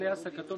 מכובדיי השרים,